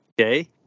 okay